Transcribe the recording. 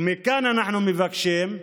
ומכאן אנחנו מבקשים: